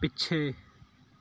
ਪਿੱਛੇ